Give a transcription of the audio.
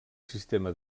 sistema